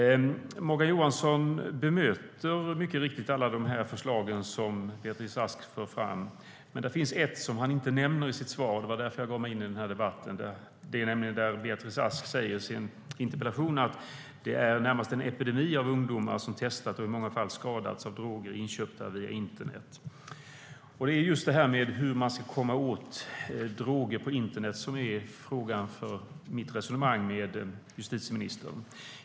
Morgan Johansson bemöter mycket riktigt alla de förslag som Beatrice Ask för fram, men det finns ett som han inte nämner i sitt svar - det är därför jag ger mig in i debatten - och det är när Beatrice Ask i sin interpellation säger att det närmast är en epidemi av ungdomar som testat och i många fall skadats av droger inköpta via internet. Frågan är hur vi ska komma åt droger på internet. Det är utgångspunkten för mitt resonemang med justitieministern.